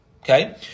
Okay